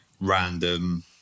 random